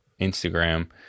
Instagram